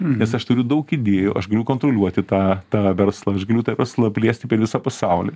nes aš turiu daug idėjų aš galiu kontroliuoti tą tą verslą aš galiu tą verslą plėsti per visą pasaulį